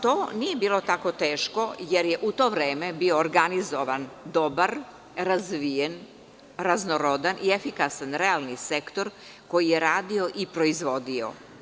To nije bilo tako teško, jer je u to vreme bio organizovan dobra, razvijen, raznorodan i efikasan realni sektor koji je radio i proizvodio.